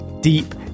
deep